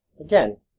Again